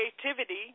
creativity